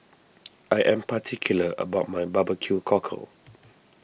I am particular about my Barbeque Cockle